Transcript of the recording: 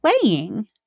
playing